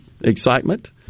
excitement